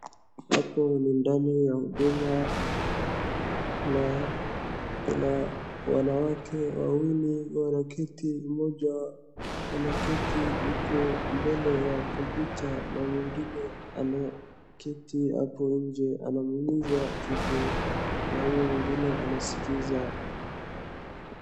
Huku ni ndani ya huduma na kuna wanawake wawili wanaketi, mmoja anaketi huko mbele ya computer na mwingine ameketi hapo nje anamuuliza kitu na huyu mwingine anaskiza.